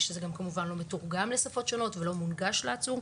היא שזה גם כמובן לא מתורגם לשפות שונות ולא מונגש לעצור.